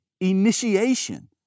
initiation